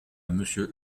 monsieur